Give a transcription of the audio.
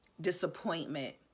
disappointment